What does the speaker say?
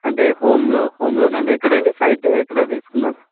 అంటే హోమ్లో హోమ్లోనా అండి ఎక్కడండి సైట్ ఎక్కడ తీసుకున్నారు